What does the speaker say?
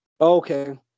Okay